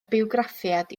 bywgraffiad